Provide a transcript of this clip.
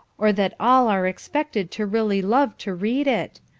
or that all are expected to really love to read it.